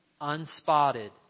unspotted